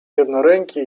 jednoręki